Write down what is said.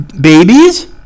babies